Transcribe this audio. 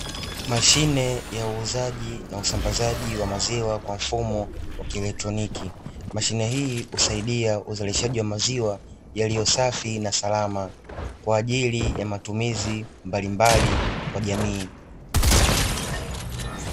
Mashine yauzaji na usambazaji wa maziwa kwa mfumo wa kielektroniki, mashine hii husaidia uzalishaji wa maziwa yaliyosafi na salama kwaajili ya matumizi mbalimbali kwa jamii.